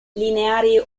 lineari